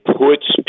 puts